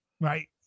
right